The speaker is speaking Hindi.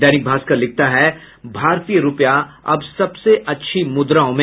दैनिक भास्कर लिखता है भारतीय रूपया अब सबसे अच्छी मुद्राओं में